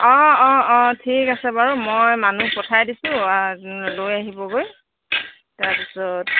অঁ অঁ অঁ ঠিক আছে বাৰু মই মানুহ পঠাই দিছোঁ লৈ আহিবগৈ তাৰপিছত